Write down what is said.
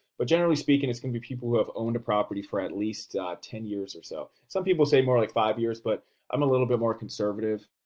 but generally speaking it's going to be people who have owned a property for at least ten years or so. some people say more like five years, but i'm a little bit more conservative,